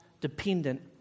Dependent